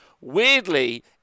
weirdly